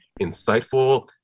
insightful